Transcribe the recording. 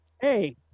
Hey